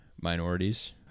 minorities